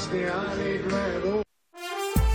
2023. הודעה ליו"ר ועדת